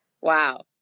Wow